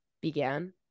began